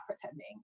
pretending